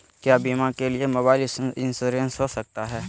क्या बीमा के लिए मोबाइल इंश्योरेंस हो सकता है?